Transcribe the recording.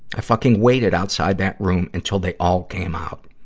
i fucking waited outside that room until they all came out.